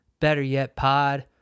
betteryetpod